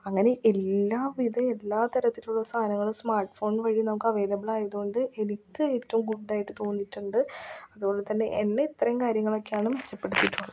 അങ്ങനെ എല്ലാവിധ എല്ലാ തരത്തിലുമുള്ള സാധനങ്ങളും സ്മാർട്ട്ഫോൺ വഴി നമുക്ക് അവൈലബിൾ ആയതുകൊണ്ട് എനിക്ക് ഏറ്റവും ഗുഡ് ആയിട്ട് തോന്നിയിട്ടുണ്ട് അതുകൊണ്ട് തന്നെ എന്നെയും ഇത്രയും കാര്യങ്ങളൊക്കെയാണ് മെച്ചപ്പെടുത്തിട്ടുള്ളത്